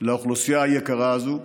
לאוכלוסייה היקרה הזאת.